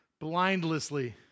blindlessly